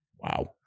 wow